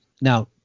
Now